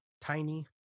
tiny